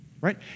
right